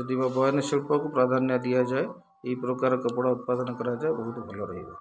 ଯଦି ବା ବୟନ ଶିଳ୍ପକୁ ପ୍ରାଧାନ୍ୟ ଦିଆଯାଏ ଏହି ପ୍ରକାର କପଡ଼ା ଉତ୍ପାଦନ କରାଯାଏ ବହୁତ ଭଲ ରହିବ